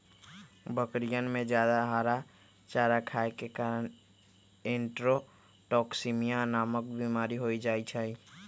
बकरियन में जादा हरा चारा खाये के कारण इंट्रोटॉक्सिमिया नामक बिमारी हो जाहई